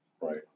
Right